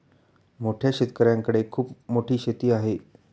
मोठ्या शेतकऱ्यांकडे खूप मोठी शेती आहे